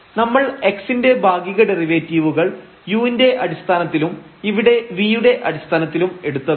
നമ്മൾ x ന്റെ ഭാഗിക ഡെറിവേറ്റീവുകൾ u ൻറെ അടിസ്ഥാനത്തിലും ഇവിടെ v യുടെ അടിസ്ഥാനത്തിലും എടുത്തതാണ്